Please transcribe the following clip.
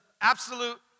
absolute